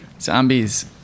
Zombies